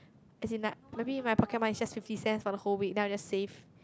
as in like maybe my pocket money is just fifty cents for the whole week then I'll just save